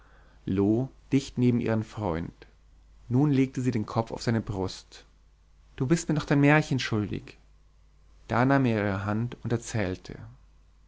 loo dicht neben ihren freund nun legte sie den kopf auf seine brust du bist mir noch dein märchen schuldig da nahm er ihre hand und erzählte